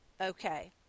okay